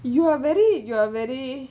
you are very you are very